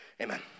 amen